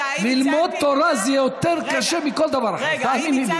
ללמוד תורה זה יותר קשה מכל דבר אחר, תאמיני לי.